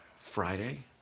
Friday